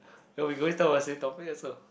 no we going talk about same topic also